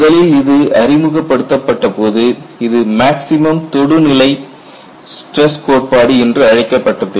முதலில் இது அறிமுகப்படுத்தப்பட்டபோது இது மேக்ஸிமம் தொடுநிலை ஸ்டிரஸ் கோட்பாடு என்று அழைக்கப்பட்டது